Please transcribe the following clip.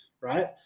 right